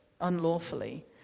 unlawfully